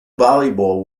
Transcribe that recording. volleyball